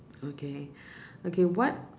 okay okay what